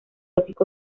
lógico